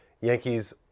Yankees